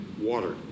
Water